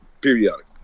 periodic